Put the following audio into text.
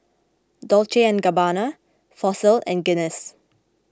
Dolce and Gabbana Fossil and Guinness